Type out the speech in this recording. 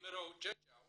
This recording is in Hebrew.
בימרו ג'ג'או